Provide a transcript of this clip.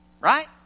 right